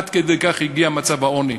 עד כדי כך הגיע מצב העוני.